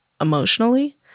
emotionally